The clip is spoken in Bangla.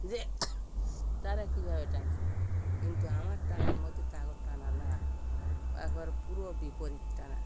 যে তারা কী ভাবে টানছে কিন্তু আমার টানার মতো তাদের টানা না একেবারে পুরো বিপরীত টানা